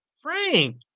frank